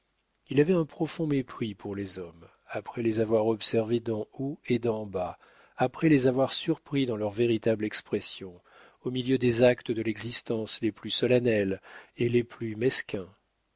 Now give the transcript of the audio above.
il avait un profond mépris pour les hommes après les avoir observés d'en haut et d'en bas après les avoir surpris dans leur véritable expression au milieu des actes de l'existence les plus solennels et les plus mesquins